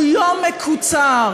הוא יום מקוצר,